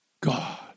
God